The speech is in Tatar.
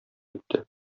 итте